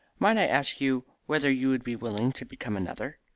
might i ask you whether you would be willing to become another?